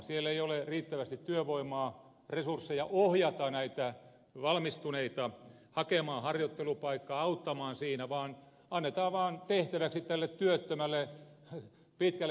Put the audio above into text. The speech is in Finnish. siellä ei ole riittävästi työvoimaa resursseja ohjata näitä valmistuneita hakemaan harjoittelupaikkaa auttamaan siinä vaan annetaan vaan tehtäväksi tälle työttömälle pitkälle koulutetulle ihmiselle